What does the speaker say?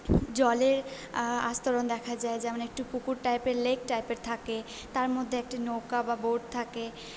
জলের আস্তরণ দেখা যায় যেমন একটু পুকুর টাইপের লেক টাইপের থাকে তার মধ্যে একটা নৌকা বা বোট থাকে